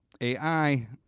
AI